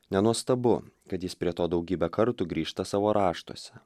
nenuostabu kad jis prie to daugybę kartų grįžta savo raštuose